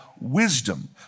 wisdom